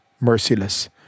merciless